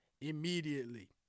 immediately